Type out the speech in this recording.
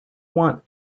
want